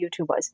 YouTubers